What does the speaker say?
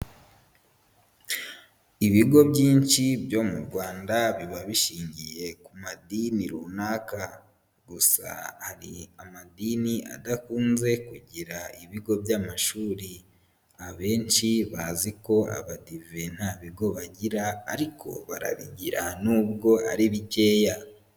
Ibigo byinshi byo mu Rwanda biba bishingiye ku madini runaka, gusa hari amadini adakunze kugira ibigo by'amashuri, abenshi bazi ko Abadive nta bigo bagira ariko barabigira nubwo ari bikeya.